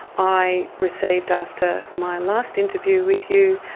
i received after my last interview with you,